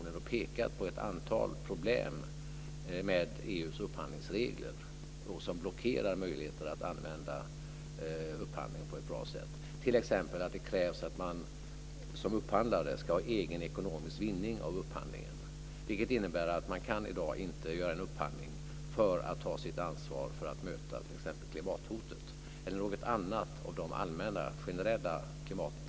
Det kom fram att man ser den offentliga sektorn som en bromskloss i arbetet med miljöanpassning och att det är de seriöst arbetande företagen som drabbas. Jag anser att det är oerhört allvarligt om det är så. Jag undrar om miljöministern har några planer för hur den offentliga sektorn kan bli bättre på att följa upp uppställda krav.